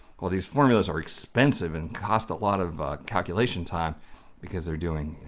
well these formulas are expensive and cost a lot of calculation time because they're doing,